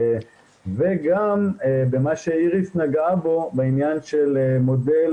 וגם במה שאיריס נגעה בו בעניין של מודל